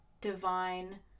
divine